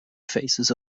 faces